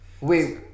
Wait